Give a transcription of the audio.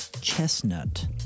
Chestnut